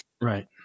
Right